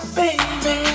baby